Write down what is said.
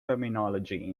terminology